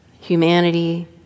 humanity